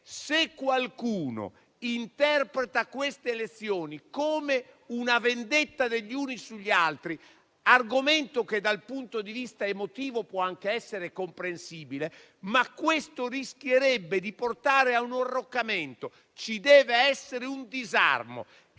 il potere. Interpretare queste elezioni come una vendetta degli uni sugli altri - argomento che, dal punto di vista emotivo, può anche essere comprensibile - rischierebbe di portare a un arroccamento. Ci deve essere un disarmo.